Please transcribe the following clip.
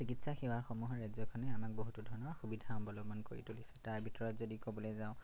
চিকিৎসা সেৱাসমূহৰ ৰাজ্যখনে আমাক বহুতো ধৰণৰ সুবিধা অৱলম্বন কৰি তুলিছে তাৰ ভিতৰত যদি ক'বলৈ যাওঁ